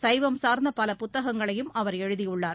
சைவம் சார்ந்த பல புத்தகங்களையும் அவர் எழுதியுள்ளார்